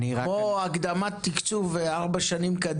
הקדמת תקצוב בארבע שנים.